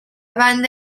banda